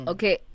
Okay